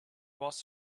was